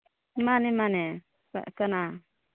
ꯃꯥꯅꯦ ꯃꯥꯅꯦ ꯀꯅꯥ